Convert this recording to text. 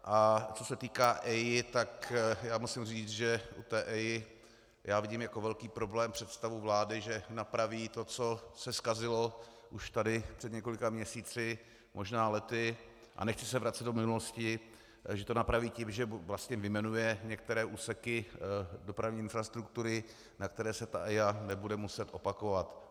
A co se týká EIA, tak musím říct, že u EIA vidím jako velký problém představu vlády, že napraví to, co se zkazilo už tady před několika měsíci, možná lety, a nechci se vracet do minulosti, že to napraví tím, že vyjmenuje některé úseky dopravní infrastruktury, na které se EIA nebude muset opakovat.